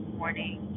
morning